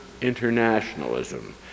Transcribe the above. internationalism